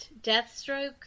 Deathstroke